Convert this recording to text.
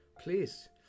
Please